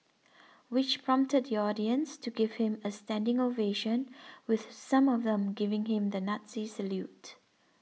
which prompted the audience to give him a standing ovation with some of them giving him the Nazi salute